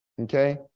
Okay